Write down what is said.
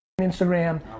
Instagram